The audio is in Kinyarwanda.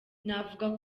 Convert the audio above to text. navuga